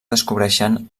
descobreixen